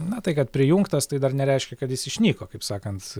na tai kad prijungtas tai dar nereiškia kad jis išnyko kaip sakant